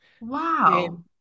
Wow